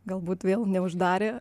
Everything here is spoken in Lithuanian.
galbūt vėl neuždarė